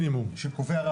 back to the drawing board.